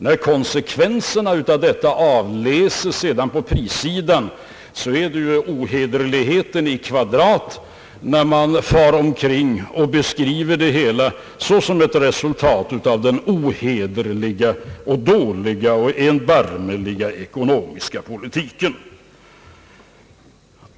När sedan konsekvenserna av detta avläses på prissidan, är det ohederligheten i kvadrat när man far omkring och beskriver det hela såsom ett resultat av en ohederlig, dålig och erbarmlig ekonomisk politik.